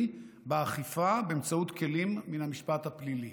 באכיפה באמצעות כלים מן המשפט הפלילי".